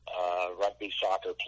rugby-soccer